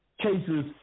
cases